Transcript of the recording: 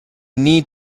need